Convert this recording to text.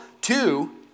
Two